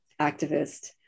activist